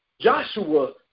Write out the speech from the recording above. Joshua